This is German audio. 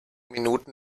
minuten